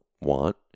want